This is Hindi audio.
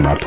समाप्त